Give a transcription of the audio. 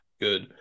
good